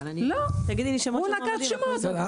הוא נקט שמות.